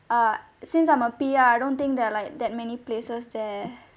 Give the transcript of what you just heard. uh since I'm a P_R I don't think there are like that many places there